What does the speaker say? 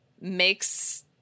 makes